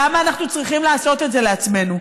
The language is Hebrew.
למה אנחנו צריכים לעשות את זה לעצמנו?